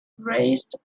raised